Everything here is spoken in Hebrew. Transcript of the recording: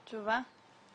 תשובה.